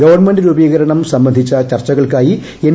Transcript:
government രൂപീകരണം സംബന്ധിച്ച ചർച്ചകൾക്കായി എൻ